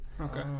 Okay